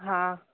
हा